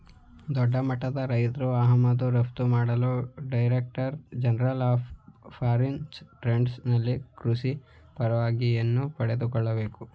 ದೊಡ್ಡಮಟ್ಟದ ರೈತ್ರು ಆಮದು ರಫ್ತು ಮಾಡಲು director general of foreign trade ನಲ್ಲಿ ಕೃಷಿ ಪರವಾನಿಗೆಯನ್ನು ಪಡೆದುಕೊಳ್ಳಬೇಕು